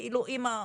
אמא אומנה.